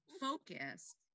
focus